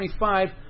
25